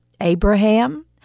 Abraham